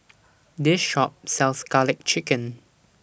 This Shop sells Garlic Chicken